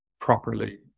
properly